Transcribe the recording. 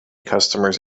customers